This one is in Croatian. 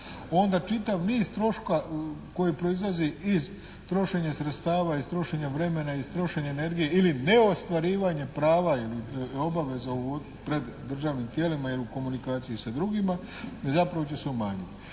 onda čitav niz troškova koji proizlazi iz trošenja sredstava, iz trošenja vremena, iz trošenja energije ili neostvarivanje prava ili obaveza pred državnim tijelima ili u komunikaciji sa drugima zapravo će se umanjiti.